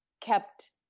kept